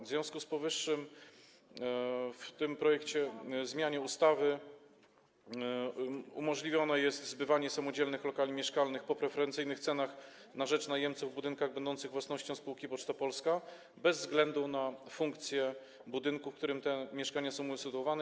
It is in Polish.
W związku z powyższym zgodnie z tym projektem ustawy umożliwione jest zbywanie samodzielnych lokali mieszkalnych po preferencyjnych cenach na rzecz najemców w budynkach będących własnością spółki Poczta Polska bez względu na funkcję budynku, w którym te mieszkania są usytuowane.